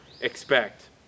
expect